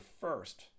first